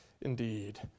indeed